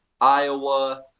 Iowa